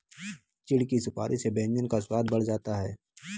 चिढ़ की सुपारी से व्यंजन का स्वाद बढ़ जाता है